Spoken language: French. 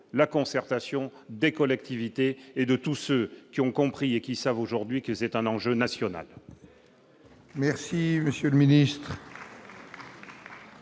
la concertation des collectivités et de tous ceux qui ont compris et qui savent aujourd'hui que c'est un enjeu national.